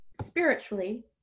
spiritually